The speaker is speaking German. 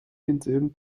denselben